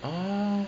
orh